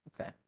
Okay